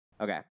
Okay